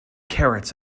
carrots